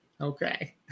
Okay